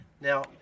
now